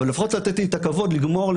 אבל לפחות לתת לי את הכבוד לגמור,